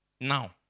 now